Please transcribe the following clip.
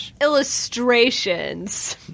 illustrations